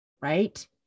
right